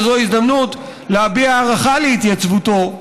וזו הזדמנות להביע הערכה על התייצבותו,